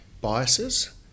biases